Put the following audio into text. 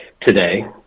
today